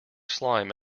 slime